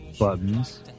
buttons